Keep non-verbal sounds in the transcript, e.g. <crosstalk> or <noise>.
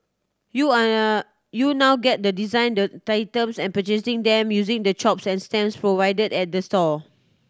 you <unintelligible> you now get the design the items and purchasing them using the chops and stamps provided at the store